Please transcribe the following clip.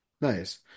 nice